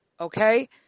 Okay